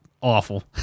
awful